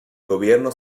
gobierno